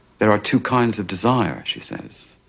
there are two kinds of desire, she says.